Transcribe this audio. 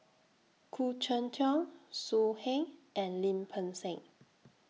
Khoo Cheng Tiong So Heng and Lim Peng Siang